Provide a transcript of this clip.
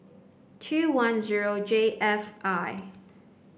two one zero J F I